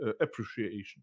appreciation